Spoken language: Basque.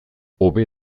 hobe